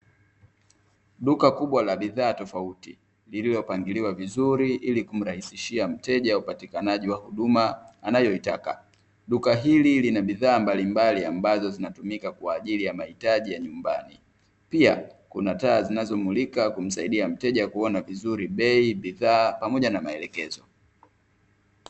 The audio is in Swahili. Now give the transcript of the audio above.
Duka kubwa la bidhaa tofauti lililopangiliwa vizuri ili kumrahisishia mteja upatikanaji wa huduma anayoitaka. Duka hili lina bidhaa mbalimbali ambazo zinatumika kwa ajili ya mahitaji ya nyumbani. Pia kuna taa zinazomulika kumsaidia mteja kuona vizuri bei, bidhaa pamoja na maelekezo.